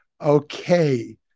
Okay